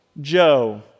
Joe